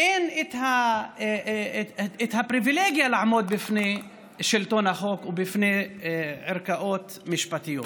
אין את הפריבילגיה לעמוד בפני שלטון החוק ובפני ערכאות משפטיות.